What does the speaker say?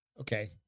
okay